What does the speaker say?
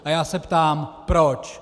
A já se ptám proč.